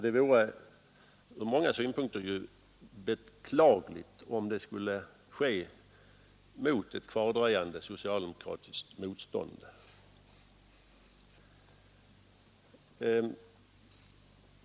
Det vore ur många synpunkter beklagligt om det skulle ske mot ett kvardröjande socialdemokratiskt motstånd.